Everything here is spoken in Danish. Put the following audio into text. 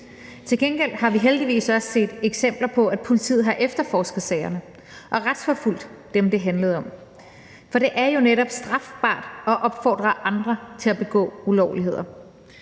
Til gengæld har vi heldigvis også set eksempler på, at politiet har efterforsket sagerne og retsforfulgt dem, det handlede om, for det er jo netop strafbart at opfordre andre til at begå ulovligheder.